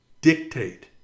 dictate